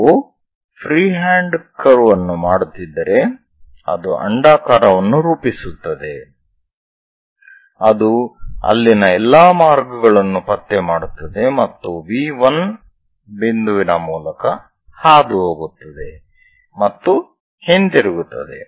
ನಾವು freehand curve ಅನ್ನು ಮಾಡುತ್ತಿದ್ದರೆ ಅದು ಅಂಡಾಕಾರವನ್ನು ರೂಪಿಸುತ್ತದೆ ಅದು ಅಲ್ಲಿನ ಎಲ್ಲಾ ಮಾರ್ಗಗಳನ್ನು ಪತ್ತೆ ಮಾಡುತ್ತದೆ ಮತ್ತು V 1 ಬಿಂದುವಿನ ಮೂಲಕ ಹಾದುಹೋಗುತ್ತದೆ ಮತ್ತು ಹಿಂತಿರುಗುತ್ತದೆ